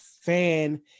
fan